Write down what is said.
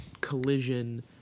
collision